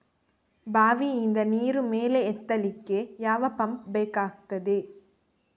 ಬಾವಿಯಿಂದ ನೀರು ಮೇಲೆ ಎತ್ತಲಿಕ್ಕೆ ಯಾವ ಪಂಪ್ ಬೇಕಗ್ತಾದೆ?